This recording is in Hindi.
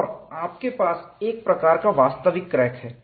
और आपके पास इस प्रकार का वास्तविक क्रैक है